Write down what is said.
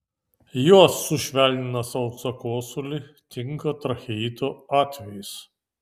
jos sušvelnina sausą kosulį tinka tracheitų atvejais